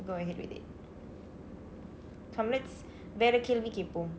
go ahead come next வேற கேள்வி கேட்போம்:veera keelvi keetpoom